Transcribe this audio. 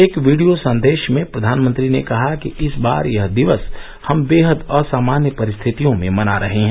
एक वीडियो संदेश में प्रधानमंत्री ने कहा कि इस बार यह दिवस हम बेहद असामान्य परिस्थितियों में मना रहे हैं